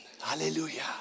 hallelujah